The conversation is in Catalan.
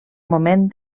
moment